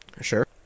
sure